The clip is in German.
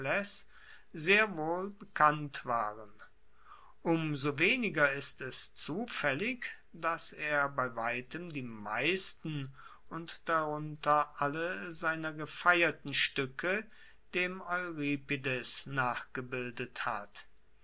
sehr wohl bekannt waren um so weniger ist es zufaellig dass er bei weitem die meisten und darunter alle seiner gefeierten stuecke dem euripides nachgebildet hat